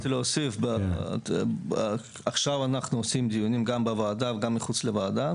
רק רציתי להוסיף שעכשיו אנחנו עושים דיונים גם בוועדה וגם מחוץ לוועדה,